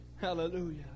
Hallelujah